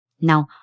Now